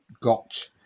got